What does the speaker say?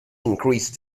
increased